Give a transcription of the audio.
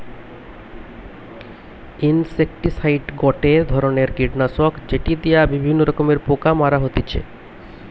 insecticide গটে ধরণের কীটনাশক যেটি দিয়া বিভিন্ন রকমের পোকা মারা হতিছে